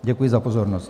Děkuji za pozornost.